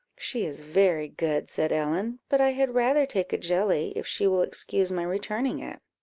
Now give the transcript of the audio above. she is very good, said ellen, but i had rather take a jelly, if she will excuse my returning it.